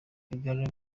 ibiganiro